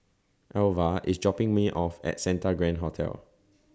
Alvah IS dropping Me off At Santa Grand Hotel